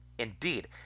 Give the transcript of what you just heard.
Indeed